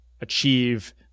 achieve